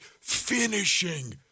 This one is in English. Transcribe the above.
Finishing